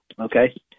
okay